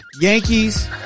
Yankees